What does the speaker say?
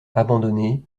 abandonné